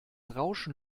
rauschen